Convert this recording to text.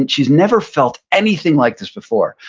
and she's never felt anything like this before,